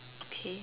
okay